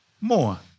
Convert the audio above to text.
More